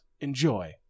Enjoy